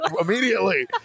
immediately